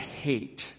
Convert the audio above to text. hate